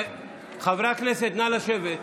חברי הכנסת, נא לשבת.